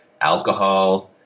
alcohol